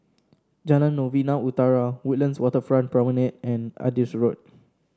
Jalan Novena Utara Woodlands Waterfront Promenade and Adis Road